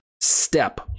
step